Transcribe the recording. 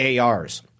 ARs